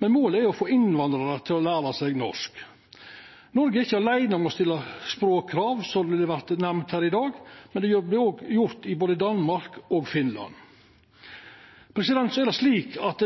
men målet er å få innvandrarar til å læra seg norsk. Noreg er ikkje åleine om å stilla språkkrav, som det vert nemnt her i dag. Det vert gjort i både Danmark og Finland. Det